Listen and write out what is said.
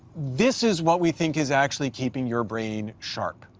this is what we think is actually keeping your brain sharp.